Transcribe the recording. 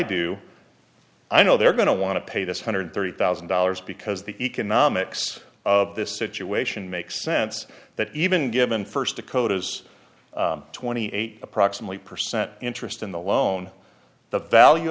do i know they're going to want to pay this hundred thirty thousand dollars because the economics of this situation makes sense that even given first dakota's twenty eight approximately percent interest in the loan the value